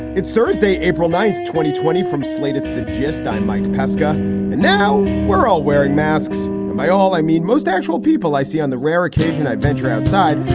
it's thursday, april ninth, twenty twenty from slate. it's the gist. i'm mike pesca and now we're all wearing masks by all, i mean most actual people i see on the rare occasion i venture outside,